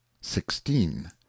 sixteen